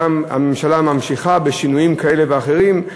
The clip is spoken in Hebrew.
גם הממשלה ממשיכה בשינויים כאלה ואחרים,